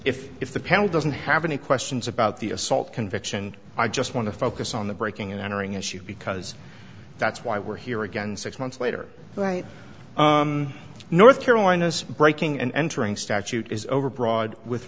if if the panel doesn't have any questions about the assault conviction i just want to focus on the breaking and entering issue because that's why we're here again six months later right north carolina's breaking and entering statute is overbroad with